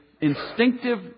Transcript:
instinctive